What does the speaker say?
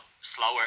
slower